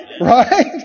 Right